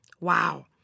Wow